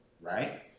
right